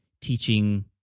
teaching